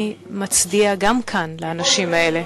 אני מצדיע גם כאן לאנשים האלה,